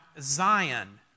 Zion